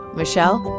michelle